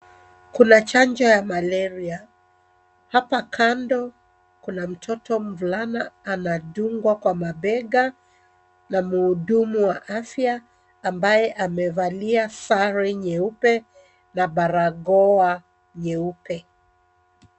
Kuna chanjo ya malaria. Hapa kando kuna mtoto mvulana anadungwa kwa mabega na mhudumu wa afya ambaye amevalia sare nyeupe na barakoa nyeupe.